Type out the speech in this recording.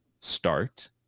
start